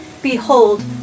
Behold